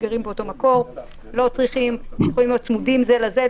שגרים באותו מקום הם יכולים להיות צמודים זה לזה,